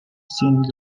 since